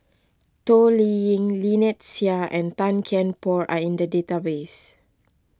Toh Liying Lynnette Seah and Tan Kian Por are in the database